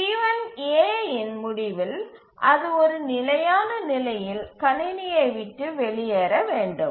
T1 a இன் முடிவில் அது ஒரு நிலையான நிலையில் கணினியை விட்டு வெளியேற வேண்டும்